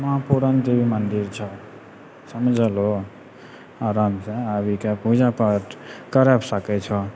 माँ पुरण देवी मन्दिर छौ समझलो आरामसँ आबिके पूजा पाठ करब सकै छौ